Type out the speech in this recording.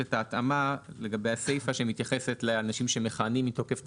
את ההתאמה לגבי הסיפה שמתייחסת לאנשים שמכהנים מתוקף תפקידם.